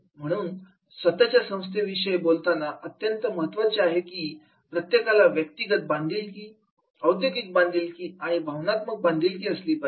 म्हणून स्वतःच्या संस्थे संबंधी बोलताना अत्यंत महत्त्वाच आहे की प्रत्येकाला व्यक्तिगत बांधिलकी औद्योगिक बांधिलकी आणि भावनात्मक बांधिलकी असली पाहिजे